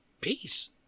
Peace